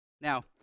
Now